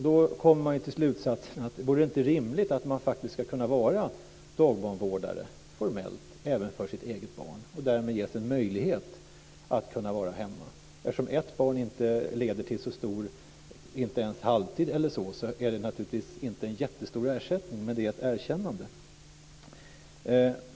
Då kommer man till slutsatsen om det inte vore rimligt att faktiskt kunna vara dagbarnvårdare formellt även för sitt eget barn och därmed ges en möjlighet att vara hemma. Ett barn leder ju inte ens till halvtid eller så. Därmed är det naturligtvis inte fråga om en jättestor ersättning men väl ett erkännande.